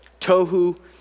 Tohu